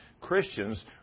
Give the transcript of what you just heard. Christians